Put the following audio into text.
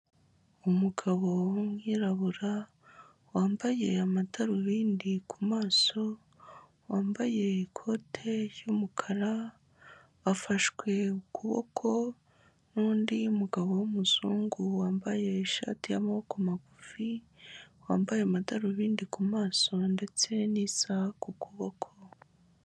Umugabo w'umwirabura wambaye amadarubindi ku maso, wambaye ikote ry'umukara, afashwe ukuboko n'undi mugabo w'umuzungu wambaye ishati y'amaboko magufi, wambaye amadarubindi ku maso ndetse n'isaha ku kuboko.